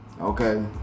okay